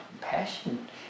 passion